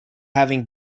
having